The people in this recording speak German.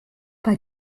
bei